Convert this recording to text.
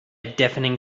deafening